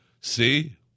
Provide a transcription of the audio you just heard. See